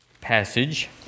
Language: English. passage